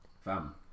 fam